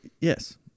Yes